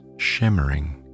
shimmering